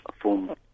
form